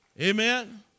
Amen